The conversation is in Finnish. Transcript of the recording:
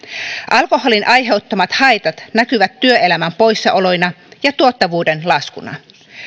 alkoholin aiheuttamat haitat näkyvät työelämän poissaoloina ja tuottavuuden laskuna